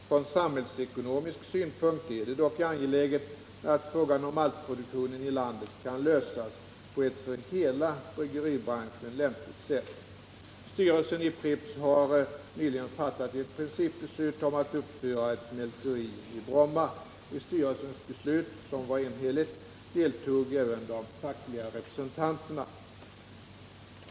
Från samhällsekonomisk synpunkt är det dock angeläget att frågan om maltproduktion i landet kan lösas på ett för hela bryggeribranschen lämpligt sätt. Styrelsen i Pripps har nyligen fattat ett principbeslut om att uppföra ett mälteri i Bromma. I styrelsens beslut, som var enhälligt, deltog även de fackliga representanterna.